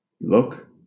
Look